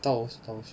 倒是倒是